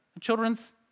children's